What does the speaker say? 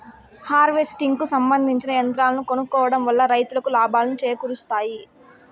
harvesting కు సంబందించిన యంత్రాలను కొనుక్కోవడం వల్ల రైతులకు లాభాలను చేకూరుస్తాయి